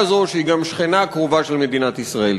הזאת שהיא גם שכנה קרובה של מדינת ישראל.